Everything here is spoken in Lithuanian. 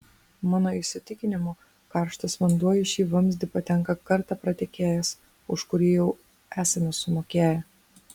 mano įsitikinimu karštas vanduo į šį vamzdį patenka kartą pratekėjęs už kurį jau esame sumokėję